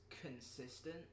Consistent